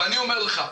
אבל אני אומר לך,